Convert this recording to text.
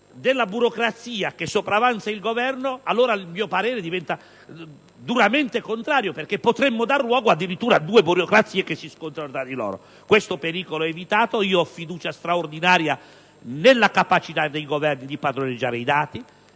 della burocrazia che sopravanza il Governo, allora il mio parere diventerebbe duramente contrario, perché potremmo dar luogo addirittura a due burocrazie che si scontrano tra di loro. Questo pericolo è evitato e ho una straordinaria fiducia nella capacità dei Governi di padroneggiare i dati